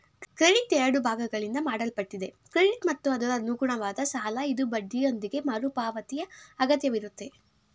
credit ಎರಡು ಭಾಗಗಳಿಂದ ಮಾಡಲ್ಪಟ್ಟಿದೆ ಕ್ರೆಡಿಟ್ ಮತ್ತು ಅದರಅನುಗುಣವಾದ ಸಾಲಇದು ಬಡ್ಡಿಯೊಂದಿಗೆ ಮರುಪಾವತಿಯಅಗತ್ಯವಿರುತ್ತೆ